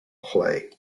clay